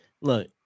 look